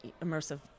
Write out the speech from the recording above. immersive